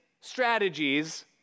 strategies